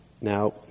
Now